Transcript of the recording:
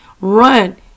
run